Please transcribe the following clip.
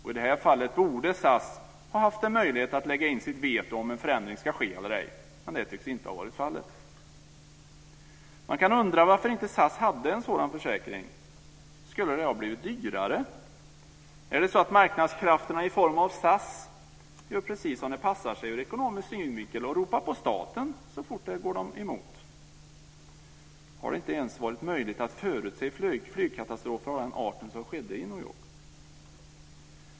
I det här fallet borde SAS ha haft en möjlighet att lägga in sitt veto när det gäller huruvida en förändring ska ske eller ej, men det tycks inte ha varit fallet. Man kan undra varför inte SAS hade en sådan försäkring. Skulle det ha blivit dyrare? Är det så att marknadskrafterna i form av SAS gör precis som det passar sig ur ekonomisk synvinkel, och ropar på staten så fort det går dem emot? Har det inte ens varit möjligt att förutse flygkatastrofer av den art som skedde i New York?